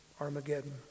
Armageddon